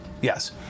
Yes